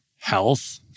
health